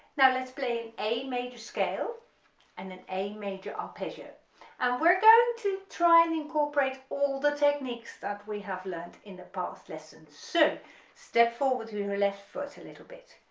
now let's play an a major scale and then a major arpeggio and we're going to try and incorporate all the techniques that we have learned in the past lesson so step forward with your and left foot a little bit